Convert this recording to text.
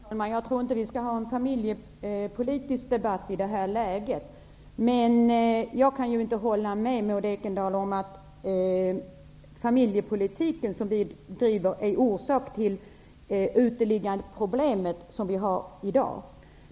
Herr talman! Jag tror inte att vi skall ha en familjepolitisk debatt i det här läget. Men jag kan inte hålla med Maud Ekendahl om att den familjepolitik som vi driver är orsaken till det uteliggarproblem som vi har i dag.